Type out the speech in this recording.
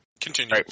Continue